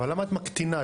למה את מקטינה?